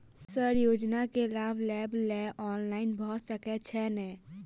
Sir योजना केँ लाभ लेबऽ लेल ऑनलाइन भऽ सकै छै नै?